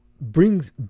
brings